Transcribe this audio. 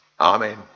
Amen